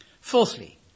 Fourthly